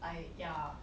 I ya